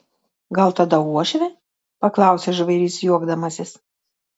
gal tada uošvė paklausė žvairys juokdamasis